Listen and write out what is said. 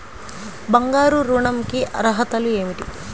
బంగారు ఋణం కి అర్హతలు ఏమిటీ?